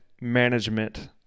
management